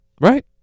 Right